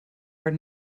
are